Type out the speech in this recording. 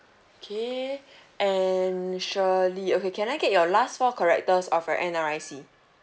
okay and shirley okay can I get your last four characters of your N_R_I_C